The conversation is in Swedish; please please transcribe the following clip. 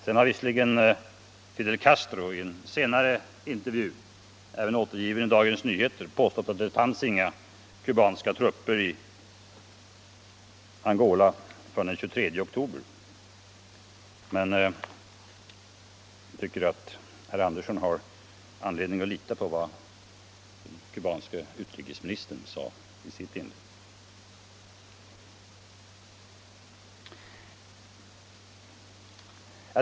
Senare har visserligen Fidel Castro i en intervju, även återgiven i Dagens Nyheter, påstått att det inte fanns några kubanska trupper i Angola förrän den 23 oktober. Jag tror att herr Andersson har anledning att ta sin kubanske kollega på orden.